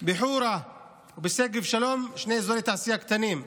בחורה ובשגב שלום יש שני אזורי תעשייה קטנים.